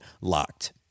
LOCKED